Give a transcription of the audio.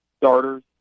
starters